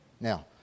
Now